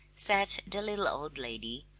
sat the little old lady,